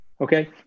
Okay